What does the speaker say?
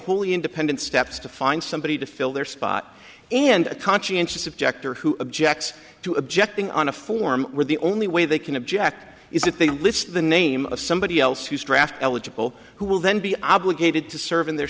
wholly independent steps to find somebody to fill their spot and a conscientious objector who objects to objecting on a form where the only way they can object is a thing list the name of somebody else who's draft eligible who will then be obligated to serve in their